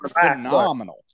phenomenal